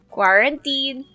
Quarantine